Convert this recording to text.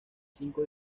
cinco